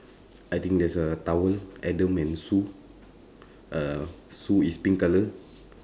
I think there's a towel adam and sue uh sue is pink colour